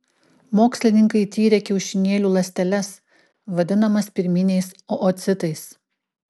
mokslininkai tyrė kiaušinėlių ląsteles vadinamas pirminiais oocitais